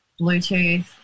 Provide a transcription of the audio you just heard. Bluetooth